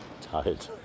Tired